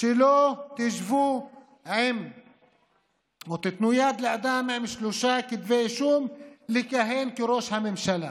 שלא תיתנו יד לאדם עם שלושה כתבי אישום לכהן כראש ממשלה.